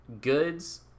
goods